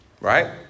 Right